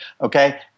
okay